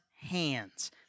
hands